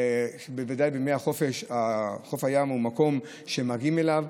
בוודאי בימי החופש חוף הים הוא מקום שמגיעים אליו,